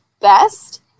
best